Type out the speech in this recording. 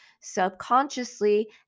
subconsciously